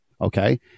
okay